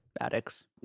addicts